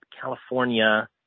California